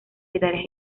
secretaria